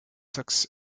sox